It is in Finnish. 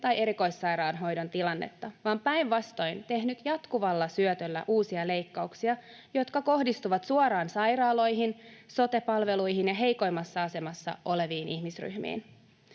tai erikoissairaanhoidon tilannetta, vaan päinvastoin tehnyt jatkuvalla syötöllä uusia leikkauksia, jotka kohdistuvat suoraan sairaaloihin, sote-palveluihin ja heikoimmassa asemassa oleviin ihmisryhmiin.